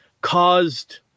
caused